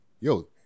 Yo